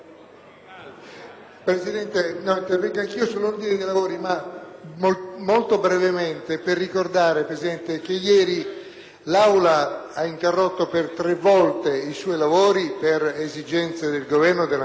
molto brevemente per ricordare che ieri l'Aula ha interrotto tre volte i suoi lavori per esigenze del Governo e della maggioranza di chiarire alcuni